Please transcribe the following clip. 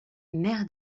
mère